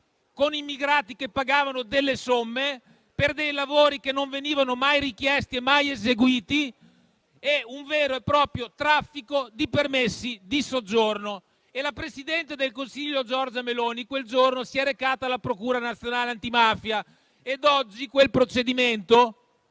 con immigrati che pagavano delle somme per lavori che non venivano mai richiesti ed eseguiti. Era un vero e proprio traffico di permessi di soggiorno. Quel giorno la presidente del Consiglio Giorgia Meloni si è recata alla Procura nazionale antimafia e oggi quel procedimento,